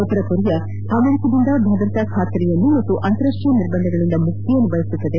ಉತ್ತರ ಕೊರಿಯಾ ಅಮೆರಿಕದಿಂದ ಭದ್ರತಾ ಖಾತರಿಯನ್ನು ಹಾಗೂ ಅಂತಾರಾಷ್ಷೀಯ ನಿರ್ಬಂಧಗಳಿಂದ ಮುಕ್ತಿಯನ್ನು ಬಯಸಿದೆ